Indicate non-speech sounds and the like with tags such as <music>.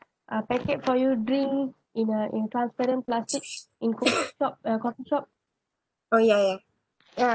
uh packet for your drink in a in transparent plastics in coffee <coughs> shop coffee shop oh ya ya ya